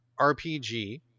rpg